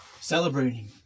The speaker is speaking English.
celebrating